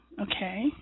okay